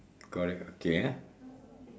correct okay ah